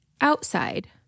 outside